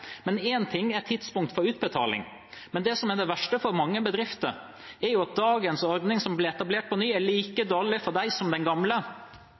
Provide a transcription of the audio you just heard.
ting er tidspunktet for utbetaling, men det verste for mange bedrifter er at dagens ordning, som blir etablert på ny, er like dårlig for dem som den gamle,